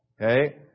Okay